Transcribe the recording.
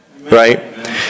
right